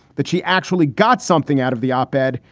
that she actually got something out of the op ed.